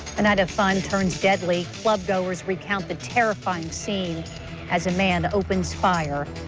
and and fun turns deadly, club-goes recount the terrifying scene as a man opens fire.